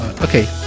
okay